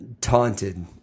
taunted